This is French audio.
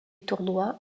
tournoi